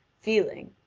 feeling,